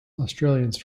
australians